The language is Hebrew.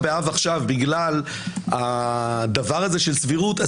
באב עכשיו בגלל הדבר הזה של סבירות,